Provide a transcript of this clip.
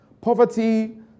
Poverty